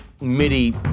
MIDI